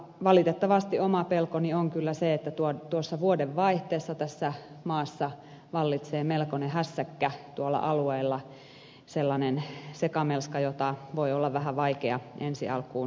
valitettavasti oma pelkoni on kyllä se että vuodenvaihteessa tässä maassa vallitsee melkoinen hässäkkä tuolla alueilla sellainen sekamelska jota voi olla vähän vaikea ensi alkuun selvitellä